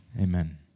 Amen